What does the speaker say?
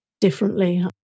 differently